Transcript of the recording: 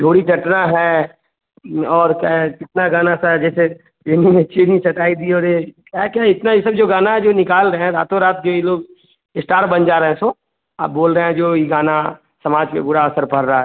धोड़ी कटना है और क्या है कितना गाना है चाहे जैसे हिन्दी में चीनी चटाई दियो रे भी और ऐका नहीं इतना ई सब गाना जो निकाल रहे हैं रातोंरात यह लोग स्टार बन जा रहे हैं सौ आप बोल रहे हैं कि जो यह गाना समाज में बुरा असर पड़ रहा है